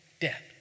death